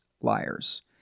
liars